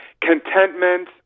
contentment